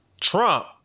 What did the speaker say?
Trump